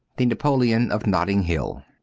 the napoleon of notting hill!